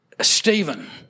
Stephen